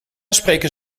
spreken